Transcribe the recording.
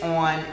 on